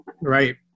Right